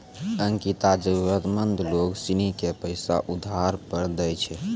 अनीता जरूरतमंद लोग सिनी के पैसा उधार पर दैय छै